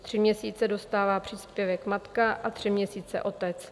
Tři měsíce dostává příspěvek matka a tři měsíce otec.